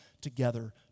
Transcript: together